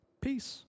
peace